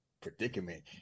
predicament